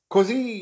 Così